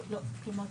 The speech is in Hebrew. כלומר,